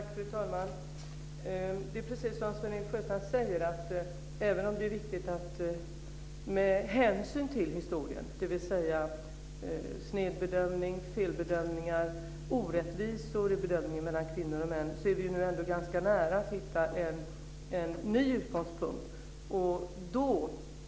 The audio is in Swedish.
Fru talman! Det är precis som Sven-Erik Sjöstrand säger, att även om det är viktigt att ta hänsyn till historien, dvs. snedbedömningar, felbedömningar och orättvisor i bedömningen mellan kvinnor och män, är vi nu ganska nära att hitta en ny utgångspunkt.